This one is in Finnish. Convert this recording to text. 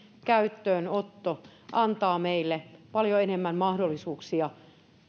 käyttöönotto antaa meille paljon enemmän mahdollisuuksia